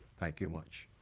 thank you much.